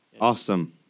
Awesome